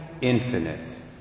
infinite